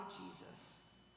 Jesus